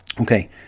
okay